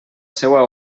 seua